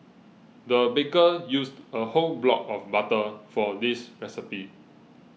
the baker used a whole block of butter for this recipe